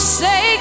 say